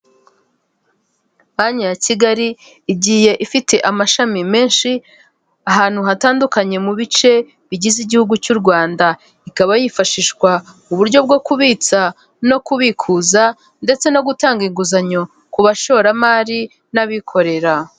Banki ya Kigali igiye ifite amashami menshi ahantu hatandukanye mu bice bigize igihugu cy'u Rwanda, ikaba yifashishwa uburyo bwo kubitsa no kubikuza ndetse no gutanga inguzanyo ku bashoramari n'abikorera.